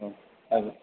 औ जागोन